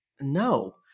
no